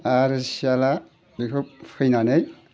आरो सियाला बेफोर फैनानै